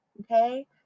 Okay